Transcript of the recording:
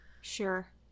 Sure